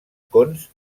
cons